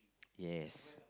yes